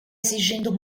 exigindo